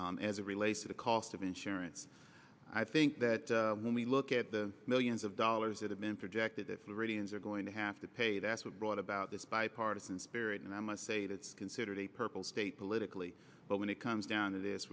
difficulty as it relates to the cost of insurance i think that when we look at the millions of dollars that have been projected if the ratings are going to have to pay that's what brought about this bipartisan spirit and i must say it is considered a purple state politically but when it comes down to this